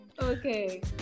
Okay